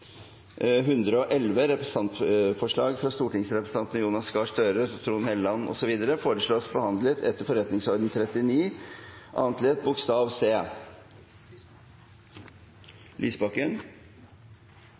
111 foreslås behandlet etter forretningsordenens § 39 annet ledd bokstav c. Representanten Audun Lysbakken